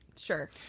Sure